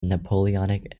napoleonic